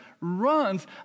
runs